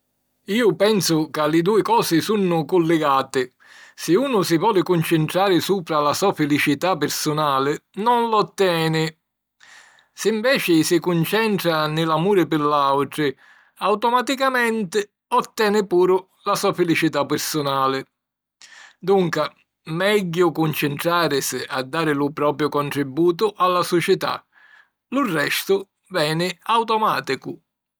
Iu pensu ca li dui cosi sunnu culligati. Si unu si voli cuncintrari supra la so filicità pirsunali, nun l'otteni. Si, nveci, si cuncentra nni l'amuri pi l'àutri, automaticamenti otteni puru la so filicità pirsunali. Dunca, megghiu cuncintràrisi a dari lu propiu contributu a la sucità: lu restu veni automàticu.